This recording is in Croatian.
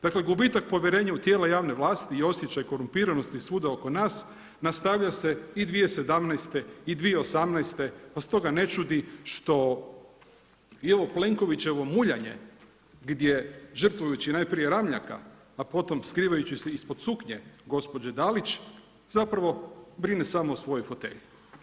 Dakle, gubitak povjerenja u tijela javne vlasti i osjećaj korumpiranosti svuda oko nas, nastavlja se i 2017. i 2018. pa stoga ne čudi što je ovo Plenkovićevo muljanje gdje žrtvujući najprije Ramljaka a potom skrivajući se ispod suknje gospođe Dalić, zapravo brine samo o svojoj fotelji.